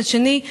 מצד שני,